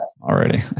already